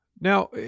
Now